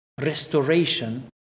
restoration